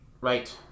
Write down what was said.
right